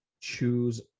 choose